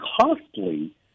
costly